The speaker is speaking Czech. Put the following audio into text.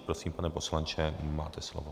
Prosím, pane poslanče, nyní máte slovo.